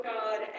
God